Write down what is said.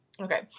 Okay